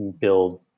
build